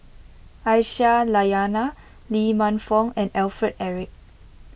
Aisyah Lyana Lee Man Fong and Alfred Eric